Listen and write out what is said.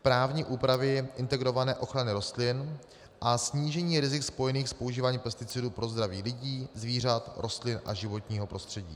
právní úpravy integrované ochrany rostlin a snížení rizik spojených s používáním pesticidů pro zdraví lidí, zvířat, rostlin a životního prostředí.